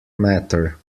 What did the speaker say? matter